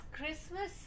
Christmas